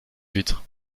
huîtres